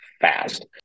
fast